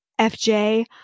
FJ